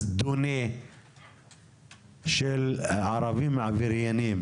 הזדוני של הערבים עבריינים,